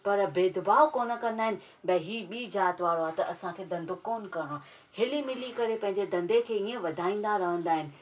पर भेदभाव कोन कंदा आहिनि भई ही ॿीं जात वारो आहे त असांखे धंधो कोन करिणो आहे हिली मिली करे पंहिंजे धंधे खे हीअं वधाईंदा रहंदा आहिनि